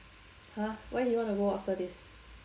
!huh! where he want to go after this